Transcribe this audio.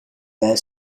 their